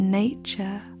nature